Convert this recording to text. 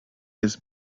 this